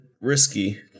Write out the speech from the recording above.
risky